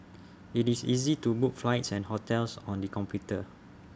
IT is easy to book flights and hotels on the computer